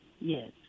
Yes